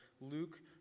Luke